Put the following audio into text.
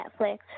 Netflix